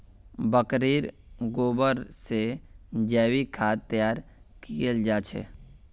बकरीर गोबर से जैविक खाद तैयार कियाल जा छे